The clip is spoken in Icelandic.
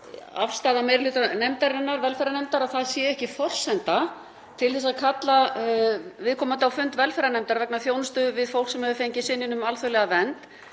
afstaða meiri hluta velferðarnefndar að það sé ekki forsenda til að kalla viðkomandi á fund nefndarinnar vegna þjónustu við fólk sem hefur fengið synjun um alþjóðlega vernd.